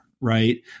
right